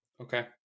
Okay